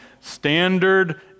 standard